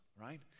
right